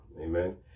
Amen